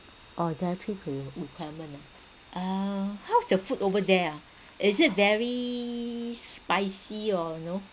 oh there are three cre~ requirement ah uh how's the food over there ah is it very spicy or you know